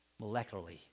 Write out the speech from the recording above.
molecularly